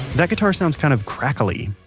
that guitar sounds kind of crackly,